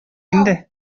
инде